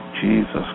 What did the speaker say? Jesus